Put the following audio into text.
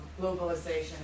globalization